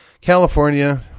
California